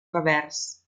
revers